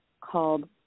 called